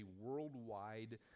worldwide